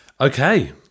Okay